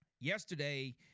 yesterday